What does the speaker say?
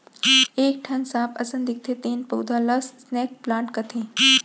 एक ठन सांप असन दिखथे तेन पउधा ल स्नेक प्लांट कथें